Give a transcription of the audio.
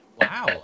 Wow